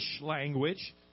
language